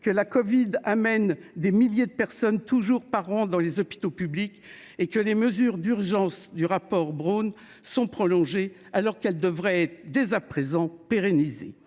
que la Covid amène des milliers de personnes toujours par an dans les hôpitaux publics et que les mesures d'urgence du rapport Brown sont prolongés, alors qu'elle devrait dès à présent pérenniser,